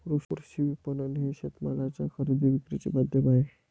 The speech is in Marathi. कृषी विपणन हे शेतमालाच्या खरेदी विक्रीचे माध्यम आहे